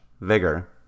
vigor